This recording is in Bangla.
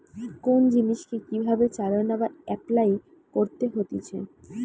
কোন জিনিসকে কি ভাবে চালনা বা এপলাই করতে হতিছে